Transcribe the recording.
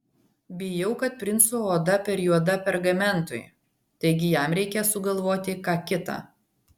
bijau kad princo oda per juoda pergamentui taigi jam reikės sugalvoti ką kita